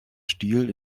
stiel